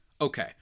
Okay